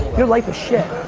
your life is shit.